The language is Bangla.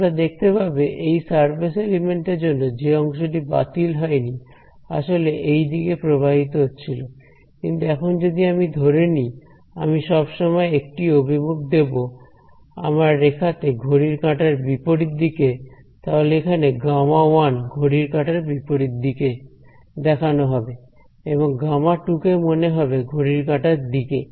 তোমরা দেখতে পাবে এই সারফেস এলিমেন্ট এর জন্য যে অংশটি বাতিল হয়নি আসলে এইদিকে প্রবাহিত হচ্ছিল কিন্তু এখন যদি আমি ধরে নি আমি সব সময় একটি অভিমুখ দেবো আমার রেখাতে ঘড়ির কাঁটার বিপরীত দিকে তাহলে এখানে Γ1 ঘড়ির কাঁটার বিপরীত দিকে দেখানো হবে এবং Γ2 কে মনে হবে ঘড়ির কাঁটার দিকে